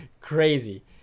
crazy